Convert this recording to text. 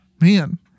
Man